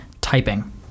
typing